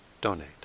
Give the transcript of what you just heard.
donate